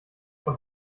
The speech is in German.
und